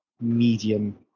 medium